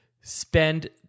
Spend